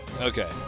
Okay